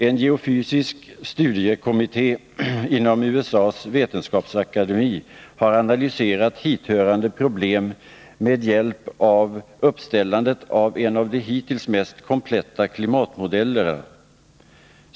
En geofysisk studiekommitté inom USA:s vetenskapsakademi har analyserat hithörande pröblem med hjälp av uppställandet av en av de hittills mest kompletta klimatmodellerna.